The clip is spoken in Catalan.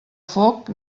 foc